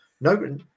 No